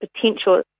potential